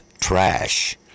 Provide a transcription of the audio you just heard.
trash